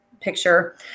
picture